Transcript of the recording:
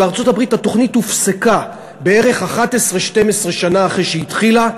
בארצות-הברית התוכנית הופסקה בערך 12-11 שנה אחרי שהיא התחילה.